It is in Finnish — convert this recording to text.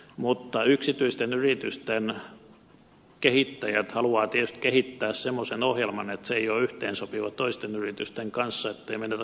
mutta yksityisten yritysten kehittäjät haluavat tietysti kehittää semmoisen ohjelman joka ei ole yhteensopiva toisten yritysten kanssa etteivät menetä kilpailuetuaan